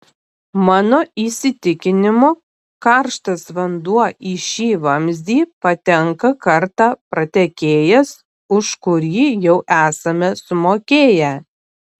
mano įsitikinimu karštas vanduo į šį vamzdį patenka kartą pratekėjęs už kurį jau esame sumokėję